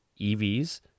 EVs